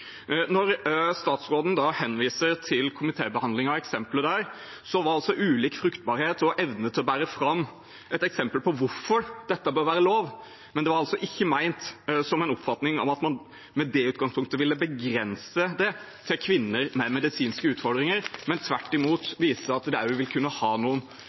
Når statsråden da henviser til komitébehandlingen og eksemplet der, var ulik fruktbarhet og evne til å bære fram et eksempel på hvorfor dette bør være lov. Det var altså ikke ment som en oppfatning av at man med det utgangspunktet ville begrense det til kvinner med medisinske utfordringer, men tvert imot vise at det også vil kunne ha noen